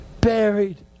buried